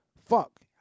fuck